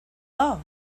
love